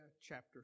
chapter